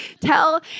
tell